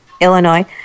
illinois